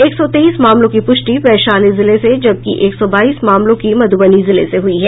एक सौ तेईस मामलों की पुष्टि वैशाली जिले से जबकि एक सौ बाईस मामलों की मध्ुबनी जिले से हुई है